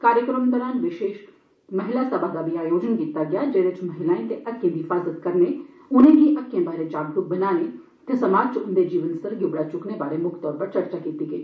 कार्यक्रम दौरान विशेष महिला सभा दा बी आयोजन कीता गेआ जेदे इच महिलाएं दे हक्के दी हिफाजत करने उनेंगी हक्कें बारै जागरूक बनाने ते समाज इच उन्दे जीवन स्तर गी उबड़ा चुक्कने बारै मुक्ख तौर चर्चा कीती गेई